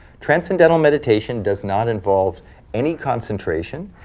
transcendental meditation does not involve any concentration,